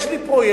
יש לי פרויקט